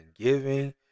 giving